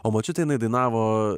o močiutė jinai dainavo